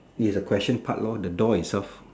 he has a question part lor the door itself